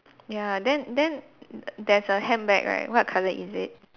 ya then then there's a handbag right what colour is it